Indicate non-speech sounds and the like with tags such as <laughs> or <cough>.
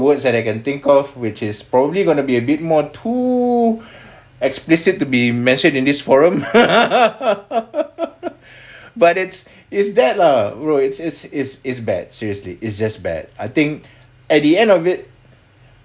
words that I can think of which is probably going to be a bit more too explicit to be mentioned in this forum <laughs> but it's is that lah well is is is bad seriously it's just bad I think at the end of it